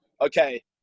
okay